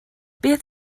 beth